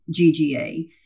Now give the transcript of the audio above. GGA